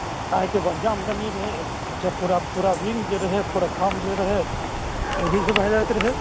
आयके बढ़िआँ आमदनी रहय तऽ पूरा पूरा विंग जे रहय पूरा काम जे रहय ओहीसँ भए जाइत रहय